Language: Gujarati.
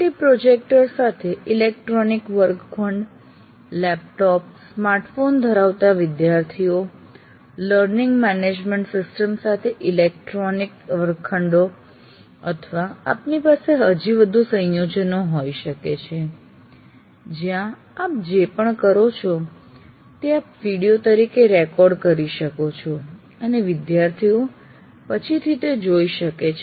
LCD પ્રોજેક્ટર સાથે ઇલેક્ટ્રોનિક વર્ગખંડ લેપટોપ સ્માર્ટ ફોન ધરાવતા વિદ્યાર્થીઓ લર્નિંગ મેનેજમેન્ટ સિસ્ટમ સાથે ઇલેક્ટ્રોનિક વર્ગખંડો અથવા આપની પાસે હજી વધુ સંયોજનો હોઈ શકે છે જ્યાં આપ જે પણ કરો છો તે આપ વિડીયો તરીકે રેકોર્ડ કરી શકો છો અને વિદ્યાર્થીઓ પછીથી તે જોઈ શકે છે